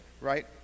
right